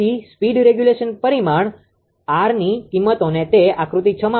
તેથી speed regulation પરિમાણ R ની કિંમતો તે આકૃતિ 6